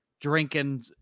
drinking